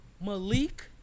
Malik